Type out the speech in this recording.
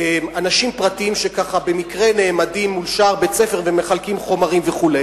אנשים פרטיים שככה במקרה נעמדים מול שער בית-ספר ומחלקים חומרים וכו'.